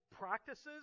practices